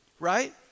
right